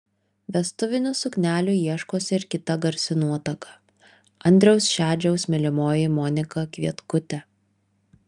vestuvinių suknelių ieškosi ir kita garsi nuotaka andriaus šedžiaus mylimoji monika kvietkutė